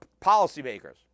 policymakers